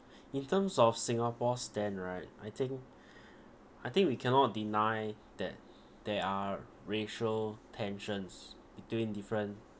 in terms of singapore stand right I think I think we cannot deny that there are racial tensions between different